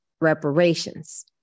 reparations